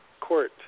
court